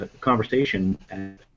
conversation